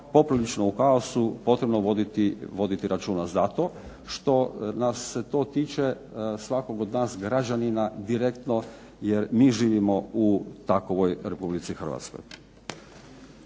poprilično u kaosu treba voditi računa, zato što nas se to tiče svakog od nas građanina direktno jer mi živimo u takovoj Republici Hrvatskoj.